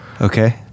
Okay